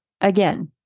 Again